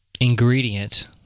ingredient